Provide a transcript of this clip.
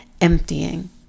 emptying